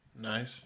Nice